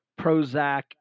Prozac